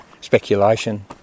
speculation